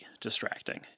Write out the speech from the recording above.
distracting